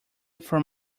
from